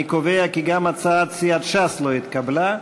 אני קובע כי גם הצעת סיעת ש"ס לא התקבלה.